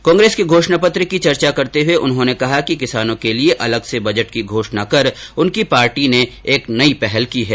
कांग्रेस के घोषणापत्र की चर्चा करते हुए उन्होंने कहा कि किसानों के लिए अलग से बजट की घोषणा कर उनकी पार्टी ने एक नई पहल की है